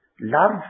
Love